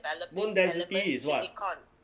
bone density is what